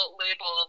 label